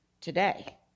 today